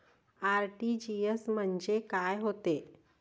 RTGS म्हंजे काय होते?